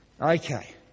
Okay